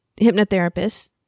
hypnotherapist